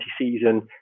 season